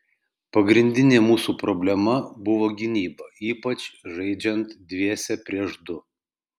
pagrindinė mūsų problema buvo gynyba ypač žaidžiant dviese prieš du